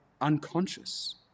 unconscious